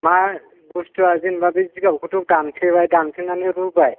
मा बुस्थुआ जेनेबा बे जिगाबखौथ' दानफ्लेबाय दानफ्लेनानै रुबाय